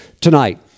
tonight